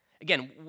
Again